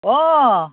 অঁ